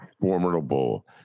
formidable